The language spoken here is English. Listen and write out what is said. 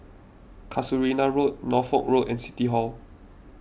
Casuarina Road Norfolk Road and City Hall